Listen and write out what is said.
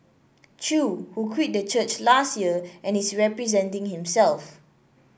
Chew who quit the church last year and is representing himself